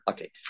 Okay